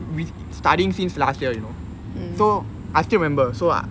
we studying since last year you know so I still remember so I